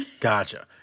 Gotcha